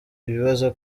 ibibazo